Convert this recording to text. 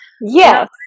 Yes